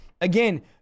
Again